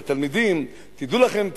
לתלמידים: תדעו לכם,